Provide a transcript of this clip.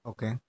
Okay